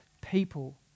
people